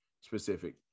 specific